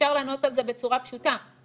אפשר לענות על זה בצורה פשוטה,